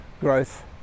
growth